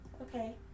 Okay